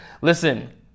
Listen